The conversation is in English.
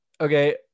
okay